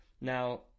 Now